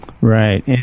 right